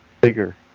bigger